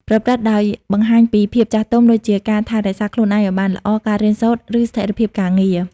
ប្រព្រឹត្តដោយបង្ហាញពីភាពចាស់ទុំ ដូចជាការថែរក្សាខ្លួនឯងឲ្យបានល្អ ការរៀនសូត្រ ឬស្ថិរភាពការងារ។